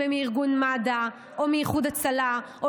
אם הם מארגון מד"א או מאיחוד הצלה או